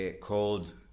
called